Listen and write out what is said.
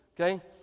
Okay